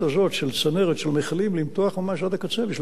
מכלים למתוח ממש עד הקצה בשביל לספק את מה שצריך.